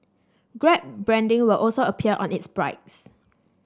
grab branding will also appear on its